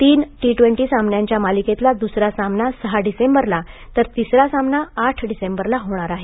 तीन T twenty सामन्यांच्या मालिकेतला दुसरा सामना सहा डिसेंबरला तर तिसरा सामना आठ डिसेंबरला होणार आहे